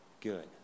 good